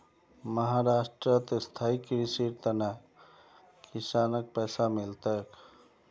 महाराष्ट्रत स्थायी कृषिर त न किसानक पैसा मिल तेक